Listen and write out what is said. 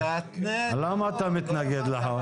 אז למה אתה מתנגד לחוק?